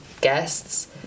guests